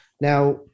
now